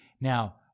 Now